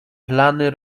plany